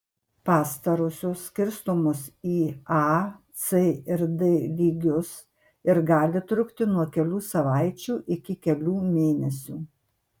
pastarosios skirstomos į a c ir d lygius ir gali trukti nuo kelių savaičių iki kelių mėnesių